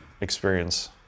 experience